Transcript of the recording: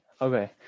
Okay